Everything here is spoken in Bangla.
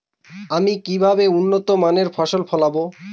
আমি কিভাবে উন্নত মানের ফসল ফলাব?